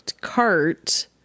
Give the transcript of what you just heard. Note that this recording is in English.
cart